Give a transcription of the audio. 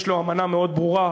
יש לו אמנה מאוד ברורה,